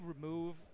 remove